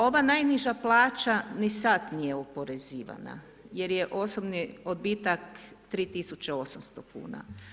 Ova najniža plaća ni sada nije oporezivana, jer je osobni odbitak 3800 kn.